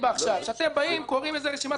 רשימת מכולת,